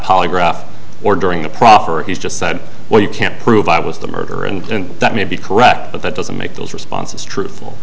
polygraph or during the proffer he just said well you can't prove i was the murderer and that may be correct but that doesn't make those responses truthful